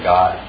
God